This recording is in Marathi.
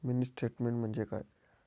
मिनी स्टेटमेन्ट म्हणजे काय?